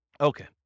Okay